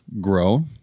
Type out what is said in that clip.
grow